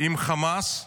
עם חמאס,